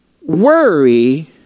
Worry